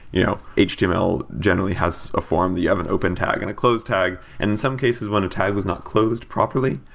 you know html generally has a form that you have an open tag and a close tag. in some cases, when a tag was not closed properly,